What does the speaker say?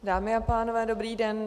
Dámy a pánové, dobrý den.